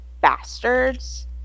bastards